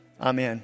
Amen